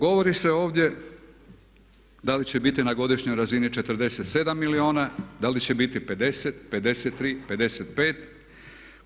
Govori se ovdje da li će biti na godišnjoj razini 47 milijuna, da li će biti 50, 53, 55.